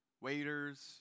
Waiters